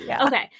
Okay